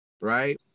right